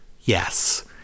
Yes